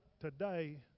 today